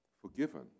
Forgiven